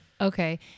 Okay